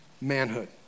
Manhood